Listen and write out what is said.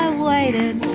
ah waited,